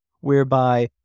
whereby